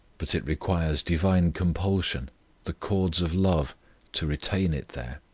but it requires divine compulsion the cords of love to retain it there.